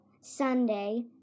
Sunday